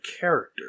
character